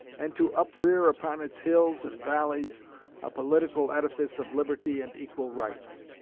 and to uprear upon its hills and valleys a political edifice of liberty and equal rights